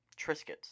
Triscuits